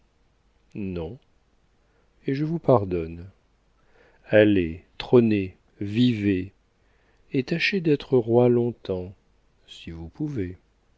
non et je vous pardonne allez trônez vivez et tâchez d'être rois longtemps si vous pouvez